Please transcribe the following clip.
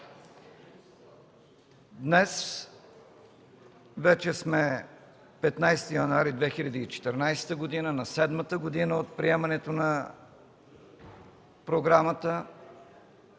Днес вече сме 15 януари 2014 г., на седмата година от приемането на програмата